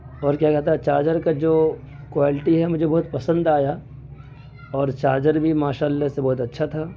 اور کیا کہتا ہے چارجر کا جو کوالٹی ہے مجھے بہت پسند آیا اور چارجر بھی ماشاء اللّہ سے بہت اچّھا تھا